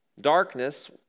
darkness